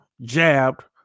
jabbed